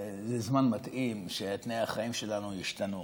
וזה זמן מתאים שתנאי החיים שלנו ישתנו.